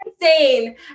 insane